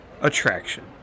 Attraction